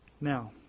Now